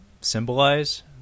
symbolize